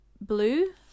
blue